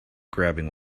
grabbing